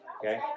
Okay